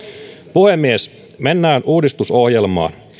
puhemies mennään uudistusohjelmaan